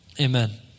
Amen